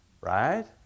right